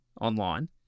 online